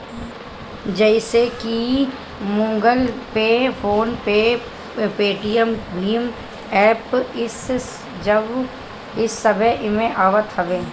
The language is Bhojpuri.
जइसे की Google Pay, PhonePe, Paytm भीम एप्प इस सब एमे आवत हवे